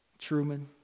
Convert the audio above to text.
Truman